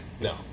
No